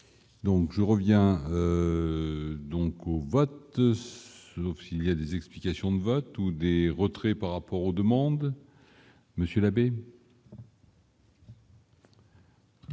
Donc je reviens donc au vote, donc il y a des explications de vote ou des retraits par rapport aux demandes. Monsieur l'abbé.